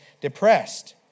depressed